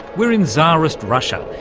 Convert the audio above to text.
we're in tsarist russia.